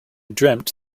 dreamt